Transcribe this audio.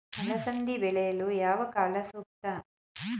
ಅಲಸಂದಿ ಬೆಳೆಯಲು ಯಾವ ಕಾಲ ಸೂಕ್ತ?